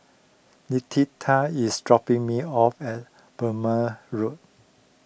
Letitia is dropping me off at Burmah Road